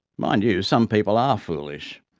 mind you, some people are foolish,